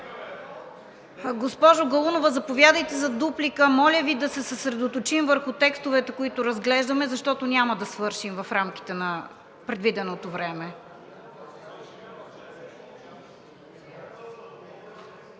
Госпожо Галунова, заповядайте за дуплика. Моля Ви да се съсредоточим върху текстовете, които разглеждаме, защото няма да свършим в рамките на предвиденото време.